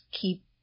keep